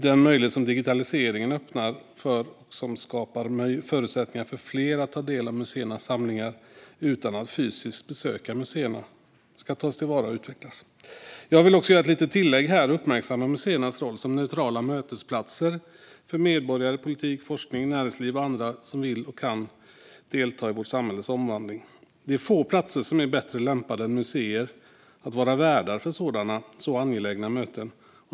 Den möjlighet som digitaliseringen öppnar och som skapar förutsättningar för fler att ta del av museernas samlingar utan att fysiskt besöka museerna ska tas till vara och utvecklas. Jag vill göra ett litet tillägg här och uppmärksamma museernas roll som neutrala mötesplatser för medborgare, politik, forskning, näringsliv och andra som vill och kan delta i vårt samhälles omvandling. Få platser är bättre lämpade än museer att vara värdar för så angelägna möten.